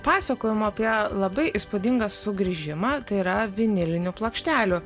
pasakojimu apie labai įspūdingą sugrįžimą tai yra vinilinių plokštelių